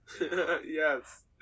Yes